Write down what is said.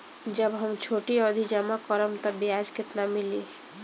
जब हम छोटी अवधि जमा करम त ब्याज केतना मिली?